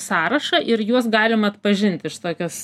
sąrašą ir juos galima atpažinti iš tokios